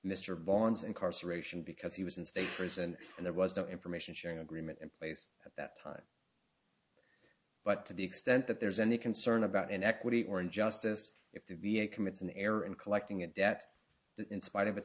vaughan's incarceration because he was in state prison and there was no information sharing agreement in place at that time but to the extent that there's any concern about inequity or injustice if the v a commits an error in collecting a debt that in spite of its